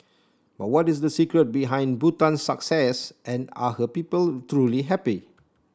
but what is the secret behind Bhutan's success and are her people truly happy